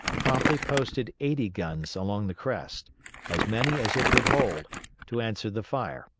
promptly posted eighty guns along the crest as many as it would hold to answer the fire,